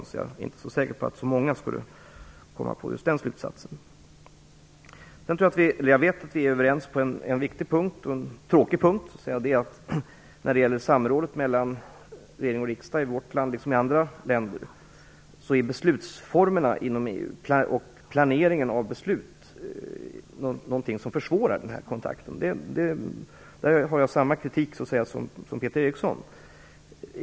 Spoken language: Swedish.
Jag är inte säker på att så många skulle komma fram till just den slutsatsen. Jag vet att vi är överens på en viktig och tråkig punkt. Det är samrådet mellan regering och riksdag. Planeringen av beslut inom EU är någonting som försvårar den här kontakten, i vårt land liksom i andra länder. Där har jag samma kritik som Peter Eriksson.